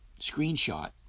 screenshot